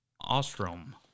Ostrom